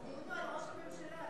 הדיון הוא על ראש הממשלה,